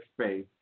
space